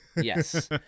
Yes